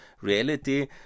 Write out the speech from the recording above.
reality